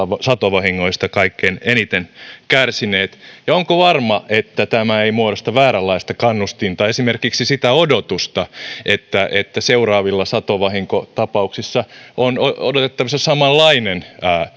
satovahingoista kaikkein eniten kärsineet ja onko varmaa että tämä ei muodosta vääränlaista kannustinta esimerkiksi sitä odotusta että että seuraavissa satovahinkotapauksissa on odotettavissa samanlainen